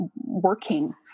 working